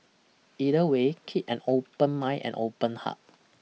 either way keep an open mind and open heart